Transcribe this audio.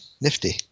nifty